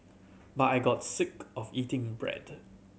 but I got sick of eating bread